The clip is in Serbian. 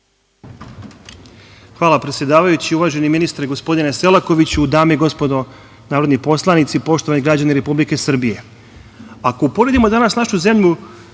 Hvala predsedavajući. Uvaženi ministre, gospodine Selakoviću, dame i gospodo narodni poslanici, poštovani građani Republike Srbije, ako uporedimo danas našu zemlju